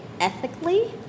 ethically